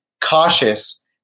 cautious